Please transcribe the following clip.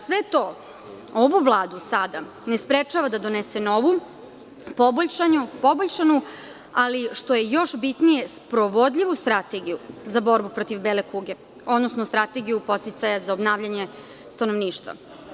Sve to ovu vladu sada ne sprečava da donese novu, poboljšanu, ali što je još bitnije, sprovodljivu strategiju za borbu protiv bele kuge, odnosno strategiju podsticaja za obnavljanje stanovništva.